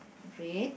red